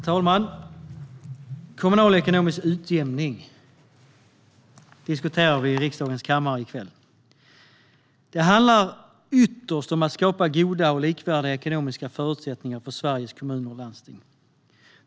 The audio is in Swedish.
Herr talman! Kommunalekonomisk utjämning diskuterar vi i riksdagens kammare i kväll. Det handlar ytterst om att skapa goda och likvärdiga ekonomiska förutsättningar för Sveriges kommuner och landsting.